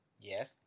Yes